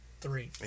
three